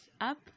up